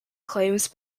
claims